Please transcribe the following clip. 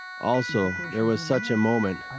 also, there was such a moment,